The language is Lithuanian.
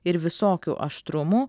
ir visokių aštrumų